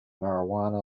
marijuana